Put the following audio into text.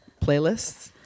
playlists